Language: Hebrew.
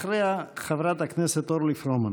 אחריה, חברת הכנסת אורלי פרומן.